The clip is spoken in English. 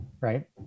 Right